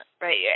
Right